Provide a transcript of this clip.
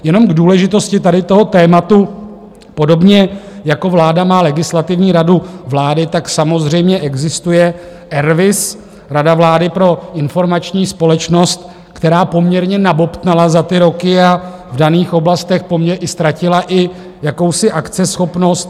Jenom k důležitosti tady toho tématu: Podobně jako vláda má Legislativní radu vlády, tak samozřejmě existuje RVIS Rada vlády pro informační společnost, která poměrně nabobtnala za ty roky a v daných oblastech poměrně ztratila i jakousi akceschopnost.